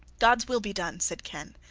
god's will be done, said ken.